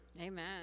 amen